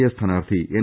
A സ്ഥാനാർത്ഥി N